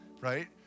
right